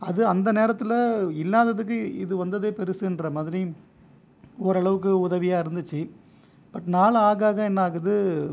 அது அந்த நேரத்தில் இல்லாததுக்கு இது வந்ததே பெரிசுன்ற மாதிரி ஓரளவுக்கு உதவியாக இருந்துச்சு பட் நாளாக ஆக என்ன ஆகுது